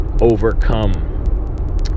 overcome